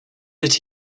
that